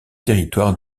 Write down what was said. territoire